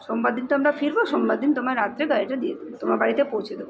সোমবার দিন তো আমরা ফিরব সোমবার দিন তোমায় রাত্রে গাড়িটা দিয়ে দেব তোমার বাড়িতে পৌঁছে দেব